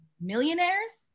millionaires